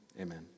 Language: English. amen